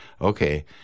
okay